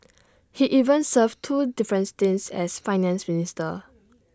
he even served two different stints as Finance Minister